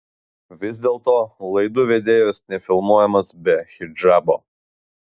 vis dėlto laidų vedėjos nefilmuojamos be hidžabo